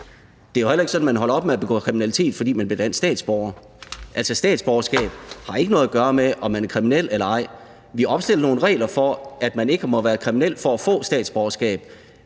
Det er jo heller ikke sådan, at man holder op med at begå kriminalitet, fordi man bliver dansk statsborger. Altså, statsborgerskab har ikke noget at gøre med, om man er kriminel eller ej. Vi opstiller nogle regler om, at man ikke må være kriminel for at få statsborgerskab,